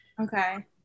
Okay